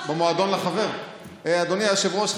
אדוני היושב-ראש,